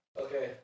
Okay